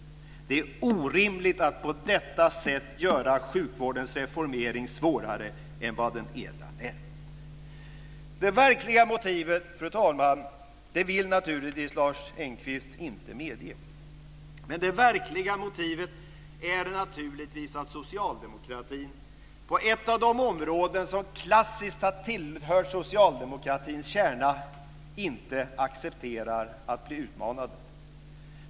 Det är orimligt att på detta sätt göra sjukvårdens reformering svårare än den redan är. Fru talman! Det verkliga motivet vill Lars Engqvist naturligtvis inte medge. Det verkliga motivet är att socialdemokraterna på ett av de områden som klassiskt har tillhört socialdemokratins kärna inte accepterar att bli utmanade.